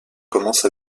commence